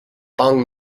bang